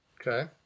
Okay